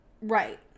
Right